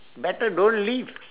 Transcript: better don't leave